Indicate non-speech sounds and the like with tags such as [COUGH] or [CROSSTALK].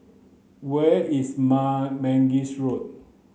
where is [UNINTELLIGIBLE] Mangis Road